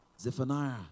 Zephaniah